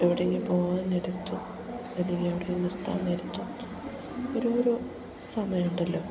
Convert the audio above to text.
എവിടെയെങ്കിലും പോകാൻ നേരത്തും അല്ലെങ്കിൽ എവിടെയെങ്കിലും നിർത്താൻ നേരത്തൊക്കെ ഓരോരോ സമയമുണ്ടല്ലോ